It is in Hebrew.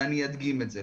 ואני אדגים את זה.